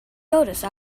notice